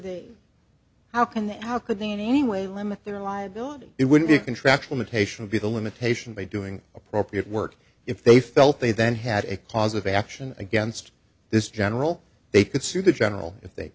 they how can they how could they in any way limit their liability it would be contractual notational be the limitation by doing appropriate work if they felt they then had a cause of action against this general they could sue the general if they